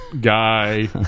guy